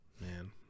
Man